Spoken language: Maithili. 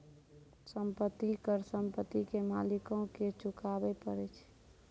संपत्ति कर संपत्ति के मालिको के चुकाबै परै छै